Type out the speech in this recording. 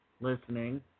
listening